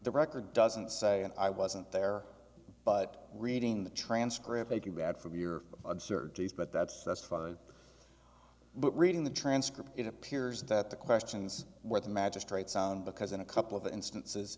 the record doesn't say and i wasn't there but reading the transcript make you bad for your surgeries but that's that's fine but reading the transcript it appears that the questions where the magistrate sound because in a couple of instances